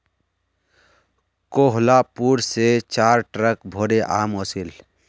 कोहलापुर स चार ट्रक भोरे आम ओसील